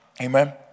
Amen